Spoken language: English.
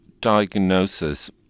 diagnosis